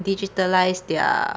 digitalise their